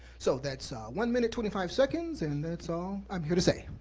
so that's one minute, twenty five seconds, and that's all i'm here to say,